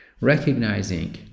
recognizing